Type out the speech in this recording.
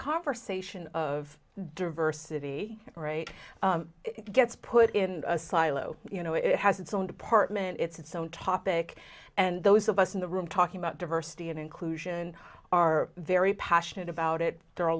conversation of diversity right gets put in a silo you know it has its own department it's its own topic and those of us in the room talking about diversity and inclusion are very passionate about it there are a